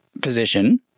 position